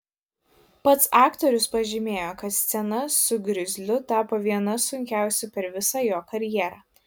pats aktorius pažymėjo kad scena su grizliu tapo viena sunkiausių per visą jo karjerą